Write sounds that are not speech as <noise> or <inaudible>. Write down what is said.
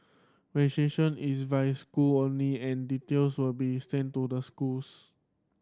<unintelligible> is via school only and details will be sent to the schools